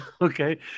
Okay